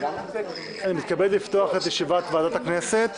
אני מתכבד לפתוח את ישיבת ועדת הכנסת.